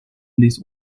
these